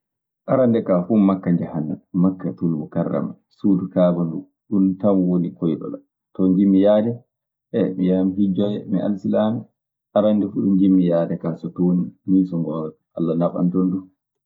Arannde kaa fuu makka njahammi, makkatul mukarrama, suudu kaaba nduu. Ɗun tan woni koyɗol an. Ton njiɗmi yahde. mi yahan mi hijjoya, mi alsilaame. Arannde fuu ɗo njiɗmi yahde kaa so toon nii so ngoonga. Alla naɓan toon du.